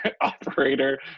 operator